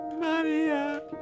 Maria